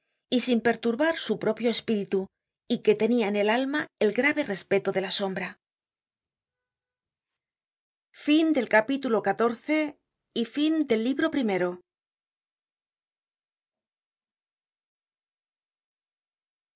y sin perturbar su propio espíritu y que tenia en el alma el grave respeto de la sombra fin dfx mbho primero